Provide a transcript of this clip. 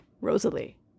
Rosalie